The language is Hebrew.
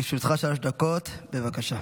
בבקשה, שלוש דקות לרשותך.